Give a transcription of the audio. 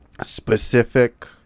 specific